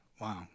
Wow